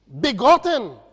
begotten